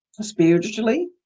spiritually